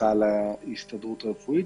הצעה להסתדרות הרפואית.